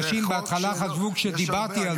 זה חוק שיש הרבה,